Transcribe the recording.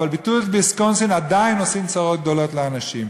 אבל ביטלו את ויסקונסין ועדיין עושים צרות גדולות לאנשים.